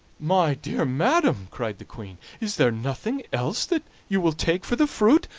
my dear madam cried the queen, is there nothing else that you will take for the fruit?